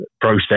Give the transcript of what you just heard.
process